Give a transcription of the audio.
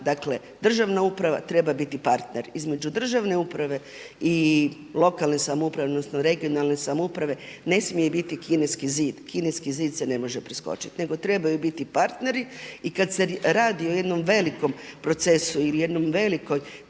dakle državna uprava treba biti partner. Između državne uprave i lokalne samouprave, odnosno regionalne samouprave ne smije biti Kineski zid, Kineski zid se ne može preskočiti nego trebaju biti partneri. I kad se radi o jednom velikom procesu ili jednoj velikoj